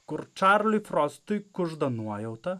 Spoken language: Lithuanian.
kur čarliui frostui kužda nuojauta